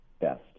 best